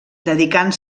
dedicant